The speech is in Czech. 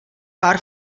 pár